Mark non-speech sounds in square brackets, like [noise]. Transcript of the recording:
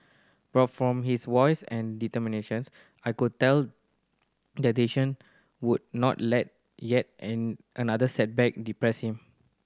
but from his voice and [unintelligible] I could tell that Jason would not let yet [hesitation] another setback depress him